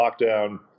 lockdown